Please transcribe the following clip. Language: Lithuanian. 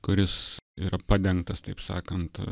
kuris yra padengtas taip sakant